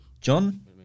John